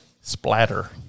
Splatter